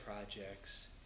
projects